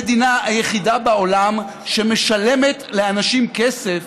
המדינה היחידה בעולם שמשלמת לאנשים כסף